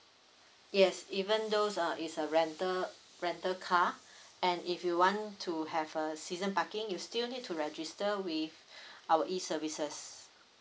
yes even though is uh it's a rental rental car and if you want to have a season parking you still need to register with our E services